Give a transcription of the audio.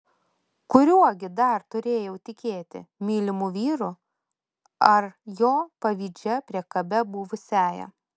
kuriuo gi dar turėjau tikėti mylimu vyru ar jo pavydžia priekabia buvusiąja